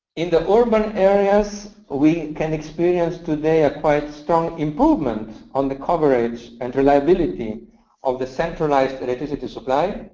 in the urban areas, we can experience today a quite strong improvement on the coverage and reliability of the centralized electricity supply.